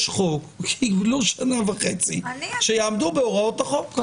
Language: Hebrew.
יש חוק, קיבלו שנה וחצי, שיעמדו בהוראות החוק.